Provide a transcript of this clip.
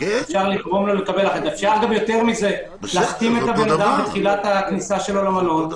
אפשר להחתים אותו בכניסתו למלון,